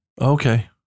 Okay